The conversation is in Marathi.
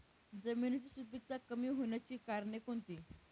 जमिनीची सुपिकता कमी होण्याची कारणे कोणती?